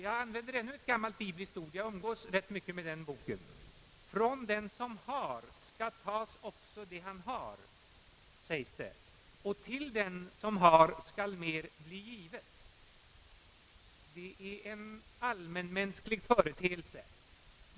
Jag använder ännu ett gammalt ord från bibeln — jag umgås mycket med den boken: Från den som intet har skall tagas också det lilla han har, och till den som mycket har skall mer bli givet. Detta är en allmänmänsklig företeelse.